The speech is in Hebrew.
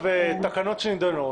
תקנות שנדונות,